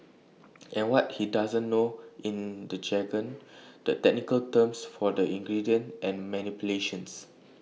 and what he doesn't know in the jargon the technical terms for the ingredients and manipulations